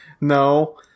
No